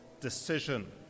decision